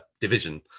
division